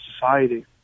society